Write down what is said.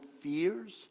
fears